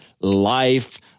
life